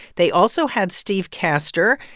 they also had steve castor,